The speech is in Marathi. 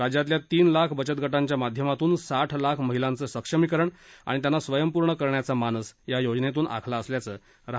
राज्यातल्या तीन लाख बचतगटांच्या माध्यमातून साठ लाख महिलांचं सक्षमीकरण आणि त्यांना स्वयंपूर्ण करण्याचा मानस या योजनेतुन आखला असल्याचं रहाटकर यांनी सांगितलं